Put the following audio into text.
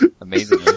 Amazing